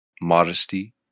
modesty